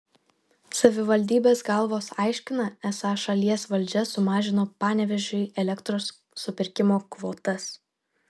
savivaldybės galvos aiškina esą šalies valdžia sumažino panevėžiui elektros supirkimo kvotas